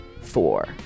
four